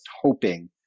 hoping